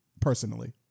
personally